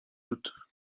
doutes